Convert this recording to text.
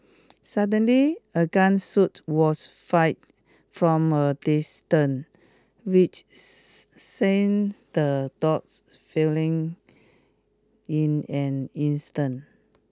suddenly a gun was fired from a distance which sent the dogs failing in an instant